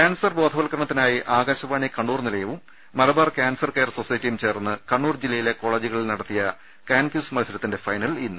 cancer ബോധവൽക്കരണത്തിനായി ആകാശവാണി കണ്ണൂർ നിലയവും Malabar cancer care സൊസൈറ്റിയും ചേർന്ന് കണ്ണൂർ ജില്ലയിലെ കോളേജുകളിൽ നടത്തിയ കാൻ കിസ് മത്സരത്തിന്റെ ഫൈനൽ ഇന്ന്